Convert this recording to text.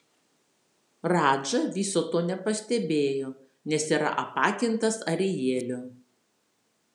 radža viso to nepastebėjo nes yra apakintas arielio